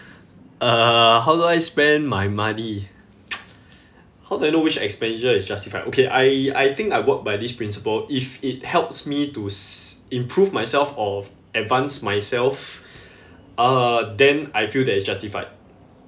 uh how do I spend my money how do I know which expenditure is justified okay I I think I work by this principle if it helps me to s~ improve myself or advance myself uh then I feel that it's justified